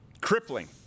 Crippling